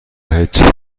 هجی